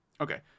Okay